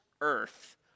earth